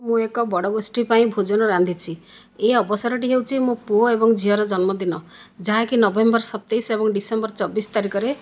ମୁଁ ଏକ ବଡ଼ ଗୋଷ୍ଠୀ ପାଇଁ ଭୋଜନ ରାନ୍ଧିଛି ଏ ଅବସରଟି ହେଉଛି ମୋ ପୁଅ ଓ ଝିଅର ଜନ୍ମଦିନ ଯାହାକି ନଭେମ୍ବର ସତେଇଶ ଏବଂ ଡିସେମ୍ବର ଚବିଶ ତାରିଖରେ